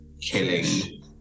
killing